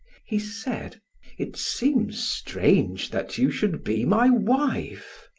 he said it seems strange that you should be my wife.